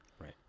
right